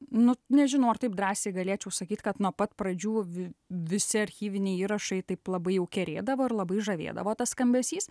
nu nežinau ar taip drąsiai galėčiau sakyt kad nuo pat pradžių vi visi archyviniai įrašai taip labai jau kerėdavo ir labai žavėdavo tas skambesys